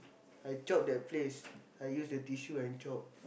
I chope that place I use the tissue and chope